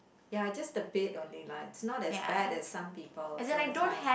ya just a bit only lah it's not as bad as some people so it's fine